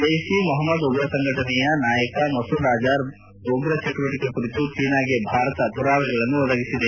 ಜೈಷ್ ಇ ಮೊಹಮ್ದ್ ಉಗ್ರ ಸಂಘಟನೆಯ ನಾಯಕ ಮಸೂದ್ ಅಜರ್ ಉಗ್ರ ಚಟುವಟಿಕೆಯ ಕುರಿತು ಚೀನಾಗೆ ಭಾರತ ಪುರಾವೆಗಳನ್ನು ಒದಗಿಸಿದೆ